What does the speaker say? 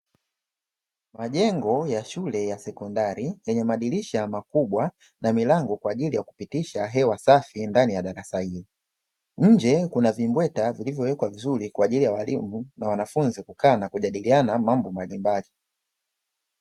Majengo ya shule ya sekondari yenye madirisha makubwa na milango kwa ajili ya kupitisha hewa safi ndani ya darasa hili. Nje kuna vimbweta vilivyowekwa vizuri kwa ajili ya walimu na wanafunzi kukaa na kujadiliana mambo mbalimbali.